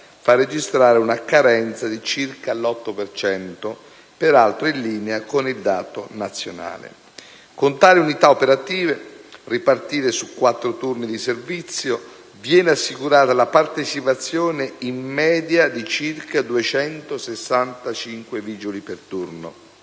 fa registrare una carenza di circa l'8 per cento, peraltro in linea con il dato nazionale. Con tali unità operative, ripartite su 4 turni di servizio, viene assicurata la partecipazione, in media, di circa 265 vigili per turno.